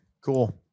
cool